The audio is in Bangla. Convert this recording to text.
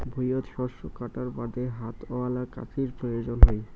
ভুঁইয়ত শস্য কাটার বাদে হাতওয়ালা কাঁচির প্রয়োজন হই